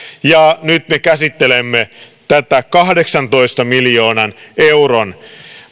ja nyt me käsittelemme tätä kahdeksantoista miljoonan euron